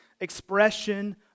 expression